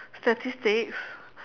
statistics